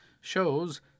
shows